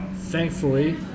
thankfully